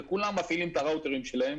וכולם מפעילים את הראוטרים שלהם,